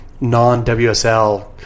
non-WSL